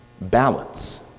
balance